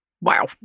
Wow